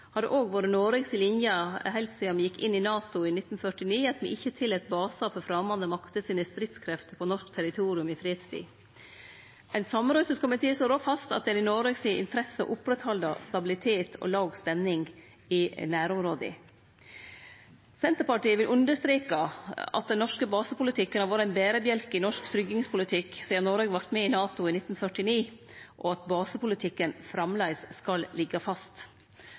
NATO-alliansen, har det vore Noreg si linje heilt sidan me gjekk inn i NATO i 1949, at me ikkje tillèt basar for framande makter sine stridskrefter på norsk territorium i fredstid. Ein samrøystes komité slår òg fast at det er i Noreg si interesse å halde ved lag stabilitet og låg spenning i nærområda. Senterpartiet vil understreke at den norske basepolitikken har vore ein berebjelke i norsk sikkerheitspolitikk sidan Noreg vart med i NATO i 1949, og at basepolitikken framleis skal liggje fast.